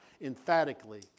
emphatically